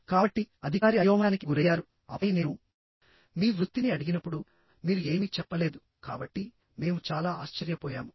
కాబట్టి అధికారి అయోమయానికి గురయ్యారుఆపై నేను మీ వృత్తిని అడిగినప్పుడుమీరు ఏమీ చెప్పలేదు కాబట్టి మేము చాలా ఆశ్చర్యపోయాము